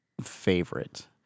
favorite